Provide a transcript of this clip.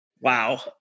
Wow